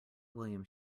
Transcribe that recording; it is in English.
william